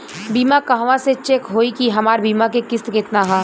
बीमा कहवा से चेक होयी की हमार बीमा के किस्त केतना ह?